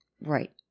Right